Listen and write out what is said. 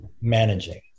managing